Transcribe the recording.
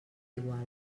iguala